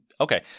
okay